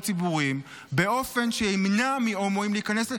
ציבוריים באופן שימנע מהומואים להיכנס,